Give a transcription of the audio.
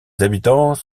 habitants